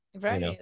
right